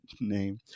name